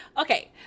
Okay